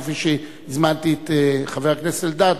כפי שהזמנתי את חבר הכנסת אלדד,